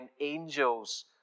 angels